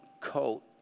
coat